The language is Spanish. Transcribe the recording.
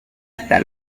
esta